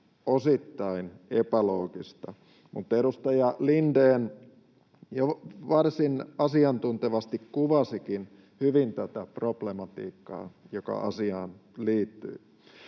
osittain epäloogista. Edustaja Lindén jo varsin asiantuntevasti kuvasikin hyvin tätä problematiikkaa, joka asiaan liittyy.